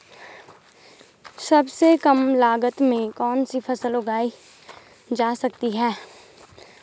सबसे कम लागत में कौन सी फसल उगाई जा सकती है